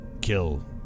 kill